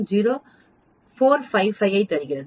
0455 ஐ தருகிறது